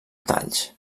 talls